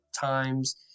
times